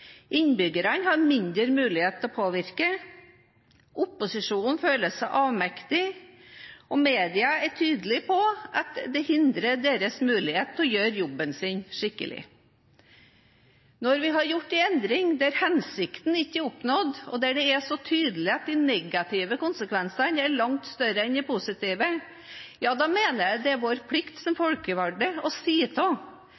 innbyggerne har mindre mulighet til å påvirke, opposisjonen føler seg avmektig, og media er tydelig på at det hindrer deres mulighet til å gjøre en skikkelig jobb. Når vi har gjort en endring der hensikten ikke er oppnådd, og der det er så tydelig at de negative konsekvensene er langt større enn de positive, mener jeg det er vår plikt som folkevalgte å si